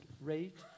rate